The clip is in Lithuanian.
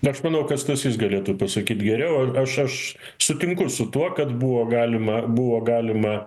aš manau kad stasys galėtų pasakyt geriau aš aš sutinku su tuo kad buvo galima buvo galima